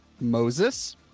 moses